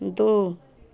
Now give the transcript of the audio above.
दो